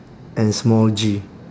and small G